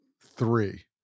three